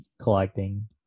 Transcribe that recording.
collecting